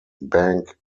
bank